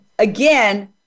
Again